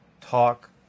talk